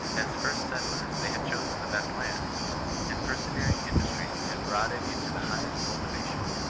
as first settlers, they had chosen the best land and persevering industry had brought it into the highest cultivation.